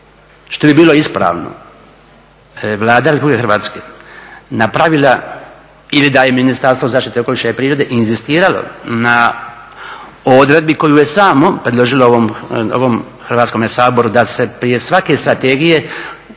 što bi bilo ispravno Vlada Republike Hrvatske napravila ili da je Ministarstvo zaštite okoliša i prirode inzistiralo na odredbi koju je samom predložilo ovom Hrvatskome saboru da se prije svake strategije